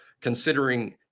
considering